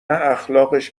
اخلاقش